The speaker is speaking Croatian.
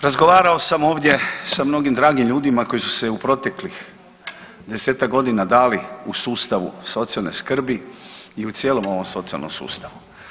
Razgovarao sam ovdje sa mnogim dragim ljudima koji su se u proteklih desetak godina dali u sustavu socijalne skrbi i u cijelom ovom socijalnom sustavu.